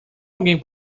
alguém